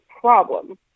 problem